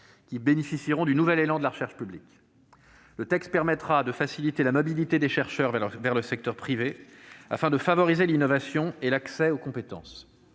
qui bénéficieront du nouvel élan de la recherche publique. Le texte permettra de faciliter la mobilité des chercheurs vers le secteur privé afin de favoriser l'innovation et l'accès aux compétences.